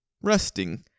resting